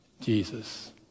Jesus